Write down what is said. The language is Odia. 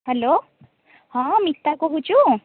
ହ୍ୟାଲୋ ହଁ ମିତା କହୁଛୁ